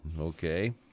Okay